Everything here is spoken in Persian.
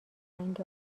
رنگ